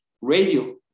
radio